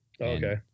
Okay